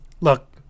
Look